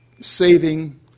saving